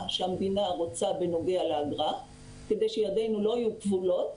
שהמדינה רוצה בנוגע לאגרה כדי שידינו לא יהיו כבולות,